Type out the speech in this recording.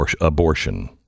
abortion